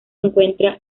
encuentra